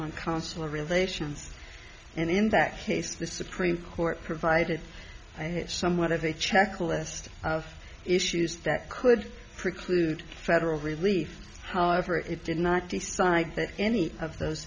consular relations and in that case the supreme court provided i had somewhat of a checklist of issues that could preclude federal relief however it did not decide that any of those